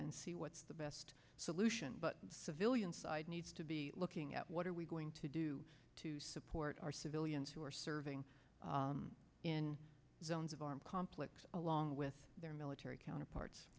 and see what's the best solution but civilian side needs to be looking at what are we going to do to support our civilians who are serving in zones of armed conflicts along with their military counterparts